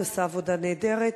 את עושה עבודה נהדרת,